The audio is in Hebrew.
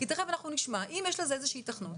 כי תיכף אנחנו נשמע אם יש לזה איזושהי היתכנות,